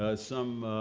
ah some